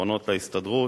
האחרונות להסתדרות.